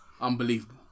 Unbelievable